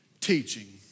teaching